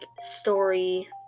story